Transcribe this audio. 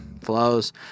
flows